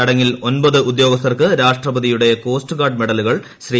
ചടങ്ങിൽ ഒമ്പത് ഉദ്യോഗസ്ഥർക്ക് രാഷ്ട്രപതിയുടെ കോസ്റ്റ് ഗാർഡ് മെഡലുകൾ ശ്രീ